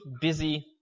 busy